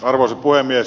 arvoisa puhemies